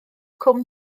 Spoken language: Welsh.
cwm